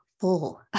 full